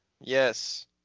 Yes